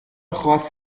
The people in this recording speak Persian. خاص